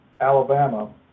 Alabama